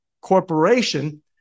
Corporation